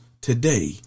today